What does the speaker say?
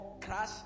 crash